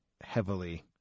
heavily